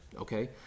okay